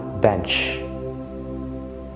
Bench